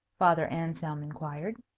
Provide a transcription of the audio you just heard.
father anselm inquired.